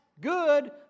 good